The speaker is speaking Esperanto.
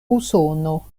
usono